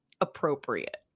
appropriate